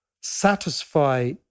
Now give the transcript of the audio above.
satisfy